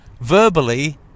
verbally